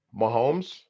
Mahomes